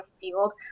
field